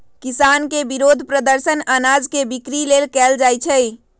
किसान के विरोध प्रदर्शन अनाज के बिक्री लेल कएल जाइ छै